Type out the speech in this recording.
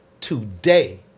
today